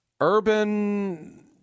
Urban